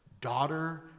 Daughter